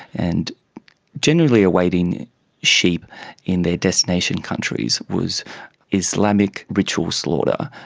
and generally awaiting sheep in their destination countries was islamic ritual slaughter,